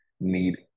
need